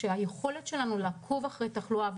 שהיכולת שלנו לעקוב אחרי תחלואה,